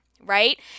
right